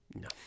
No